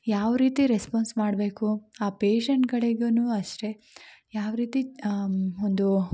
ಯಾವ ರೀತಿ ರೆಸ್ಪಾನ್ಸ್ ಮಾಡಬೇಕು ಆ ಪೇಶೆಂಟ್ ಕಡೆಗೂ ಅಷ್ಟೇ ಯಾವರೀತಿ ಅದು